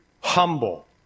humble